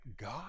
God